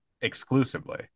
Exclusively